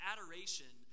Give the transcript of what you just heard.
Adoration